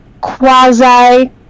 quasi